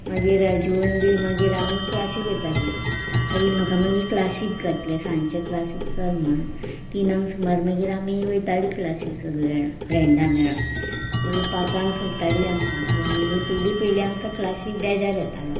मागीर जेवन बी मागीर आमी क्लासीक वयताली आयीन म्हाका मागीर क्लासीक घातलें सांजचे क्लासीक चल म्हणून तिनांक सुमार मागीर आमी वयताली क्लासीक सगळीं जाणा फ्रेंडा मेळोन मागीर पांचांक सोडटाली आमकां थंय मागीर पयलीं पयलीं आमकां क्लासीक बेजार येतालो